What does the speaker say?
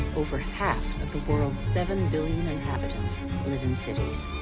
over half of the world's seven billion inhabitants live in cities.